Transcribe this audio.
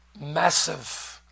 massive